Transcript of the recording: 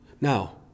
Now